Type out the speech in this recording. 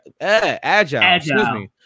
Agile